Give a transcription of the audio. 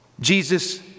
Jesus